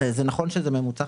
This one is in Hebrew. זה נכון שזה ממוצע,